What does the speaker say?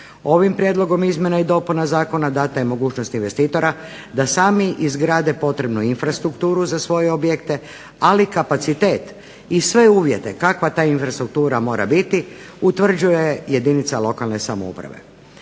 Ovim prijedlogom izmjena i dopuna zakona dana je mogućnost investitora da sami izgrade potrebnu infrastrukturu za svoje objekte, ali kapacitet i sve uvjete kakva ta infrastruktura mora biti utvrđuje jedinica lokalne samouprave.